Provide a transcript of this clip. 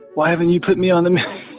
why haven't you put me on the map?